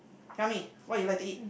tell me what you like to eat